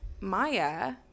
Maya